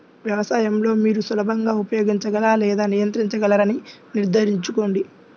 వ్యవసాయం లో మీరు సులభంగా ఉపయోగించగల లేదా నియంత్రించగలరని నిర్ధారించుకోండి